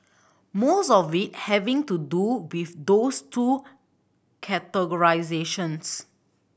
most of it having to do with those two categorisations